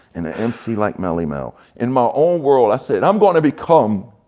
and a mc like melle mel. in my own world i said, i'm gonna become.